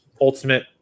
ultimate